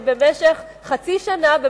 שבמשך חצי שנה,